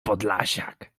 podlasiak